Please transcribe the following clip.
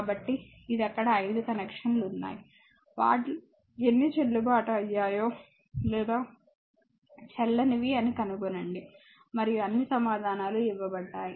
కాబట్టి ఇది అక్కడ 5 కనెక్షన్లు ఉన్నాయి వాటిలో ఎన్ని చెల్లుబాటు అయ్యాయో లేదా చెల్లవని అని కనుగొనండి మరియు అన్ని సమాధానాలు ఇవ్వబడ్డాయి